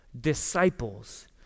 Disciples